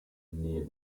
nähe